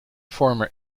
former